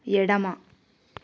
ఎడమ